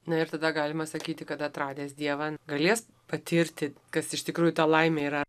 na ir tada galima sakyti kad atradęs dievan galės patirti kas iš tikrųjų ta laimė yra